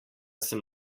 sem